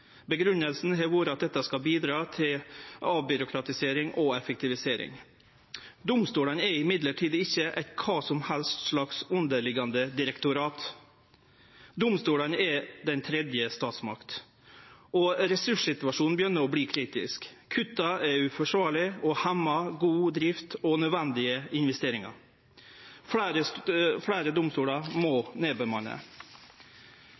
har vore at dette skal bidra til avbyråkratisering og effektivisering. Men domstolane er ikkje eit kva som helst slags underliggjande direktorat. Domstolane er den tredje statsmakt, og ressurssituasjonen begynner å verte kritisk. Kutta er uforsvarlege og hemmar god drift og nødvendige investeringar. Fleire